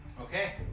Okay